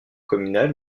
communal